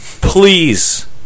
Please